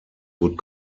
would